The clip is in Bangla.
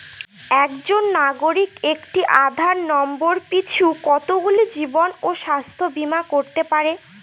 একজন নাগরিক একটি আধার নম্বর পিছু কতগুলি জীবন ও স্বাস্থ্য বীমা করতে পারে?